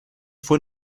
fue